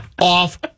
off